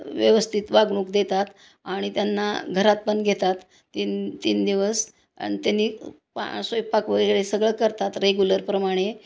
व्यवस्थित वागणूक देतात आणि त्यांना घरात पण घेतात तीन तीन दिवस आणि त्यांनी पा स्वयंपाक वगैरे सगळं करतात रेग्युलरप्रमाणे